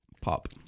pop